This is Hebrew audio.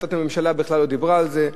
החלטת הממשלה בכלל לא דיברה על זה.